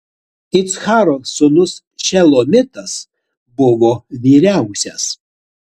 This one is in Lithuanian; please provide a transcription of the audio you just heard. iccharo sūnus šelomitas buvo vyriausias